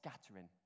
scattering